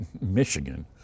Michigan